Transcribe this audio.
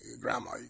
grandma